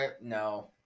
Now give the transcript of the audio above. No